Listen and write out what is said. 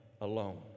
alone